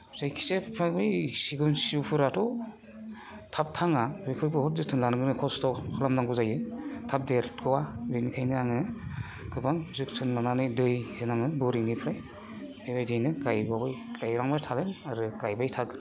जायखिया बिफां बै सिगुन सिब्रुफोराथ' थाब थाङा बेफोर बहुद जोथोन लानो गोनां खस्थ' खालामनांगौ जायो थाब देरख'या बेनिखायनो आङो गोबां जोथोन लानानै दै होनाङो बरिंनिफ्राय बेबायदियैनो गायबावबाय गायलांबाय थादों आरो गायबाय थागोन